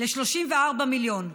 ל-34 מיליון,